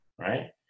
right